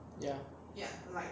ya